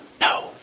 No